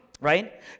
right